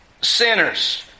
sinners